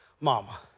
mama